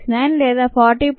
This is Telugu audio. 69 లేదా 40